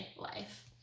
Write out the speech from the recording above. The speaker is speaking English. life